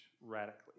radically